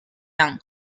ann